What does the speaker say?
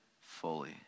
fully